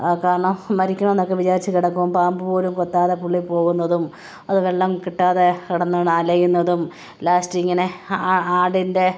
കാരണം മരിക്കണമെന്നൊക്കെ വിചാരിച്ച് കിടക്കുമ്പോള് പാമ്പ് പോലും കൊത്താതെ പുള്ളി പോകുന്നതും അത് വെള്ളം കിട്ടാതെ കിടന്ന് അലയുന്നതും ലാസ്റ്റ് ഇങ്ങനെ ആ ആ ആടിൻ്റെ